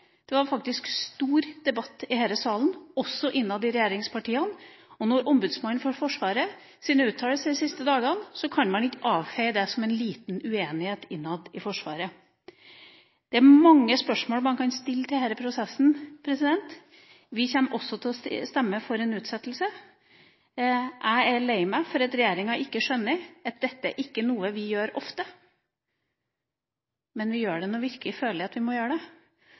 Det var faktisk stor debatt her i salen – også innad i regjeringspartiene – og etter Ombudsmannen for Forsvarets uttalelser de siste dagene kan man ikke avfeie det som en liten uenighet innad i Forsvaret. Det er mange spørsmål en kan stille til denne prosessen. Vi kommer også til å stemme for en utsettelse. Jeg er lei meg for at regjeringa ikke skjønner at dette ikke er noe vi gjør ofte. Men vi gjør det når vi virkelig føler at vi må gjøre det.